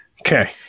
Okay